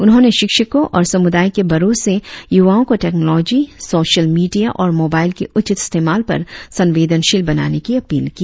उन्होंने शिक्षको और समुदाय के बड़ो से युवाओ को टेकनाँलजी सोशल मिडिया और माँबाईल की उचित इस्तेमाल पर संवेदनशील बनाने की अपील की